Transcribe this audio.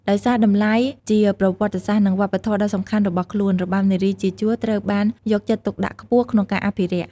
ដោយសារតម្លៃជាប្រវត្តិសាស្ត្រ និងវប្បធម៌ដ៏សំខាន់របស់ខ្លួន របាំនារីជាជួរ ត្រូវបានយកចិត្តទុកដាក់ខ្ពស់ក្នុងការអភិរក្ស។